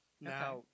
Now